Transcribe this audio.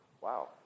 wow